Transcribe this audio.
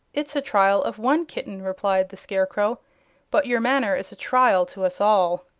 it's a trial of one kitten, replied the scarecrow but your manner is a trial to us all.